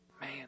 Man